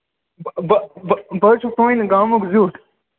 بہٕ بہٕ بہٕ حظ چھُس پننہِ گامُک زیُٹھ